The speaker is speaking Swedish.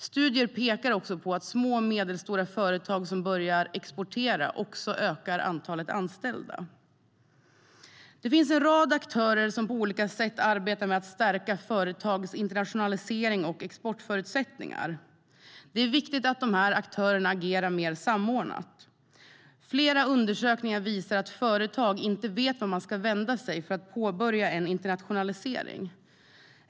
Studier pekar också på att små och medelstora företag som börjar exportera ökar antalet anställda. Det finns en rad aktörer som på olika sätt arbetar med att stärka företags internationalisering och exportförutsättningar. Det är viktigt att aktörerna agerar mer samordnat. Flera undersökningar visar att många företag inte vet vart de ska vända sig för att påbörja en internationalisering.